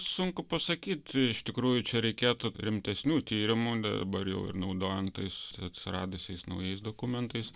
sunku pasakyt iš tikrųjų čia reikėtų rimtesnių tyrimų dabar jau ir naudojant tais atsiradusiais naujais dokumentais